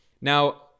Now